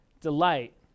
delight